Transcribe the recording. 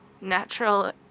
natural